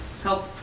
Help